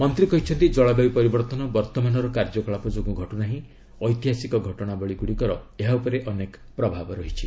ମନ୍ତ୍ରୀ କହିଛନ୍ତି କଳବାୟୁ ପରିବର୍ତ୍ତନ ବର୍ତ୍ତମାନର କାର୍ଯ୍ୟକଳାପ ଯୋଗୁଁ ଘଟୁନାହିଁ ଐତିହାସିକ ଘଟଣାବଳୀ ଗୁଡ଼ିକର ଏହା ଉପରେ ଅନେକ ପ୍ରଭାବ ରହିଛି